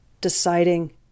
deciding